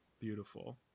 Beautiful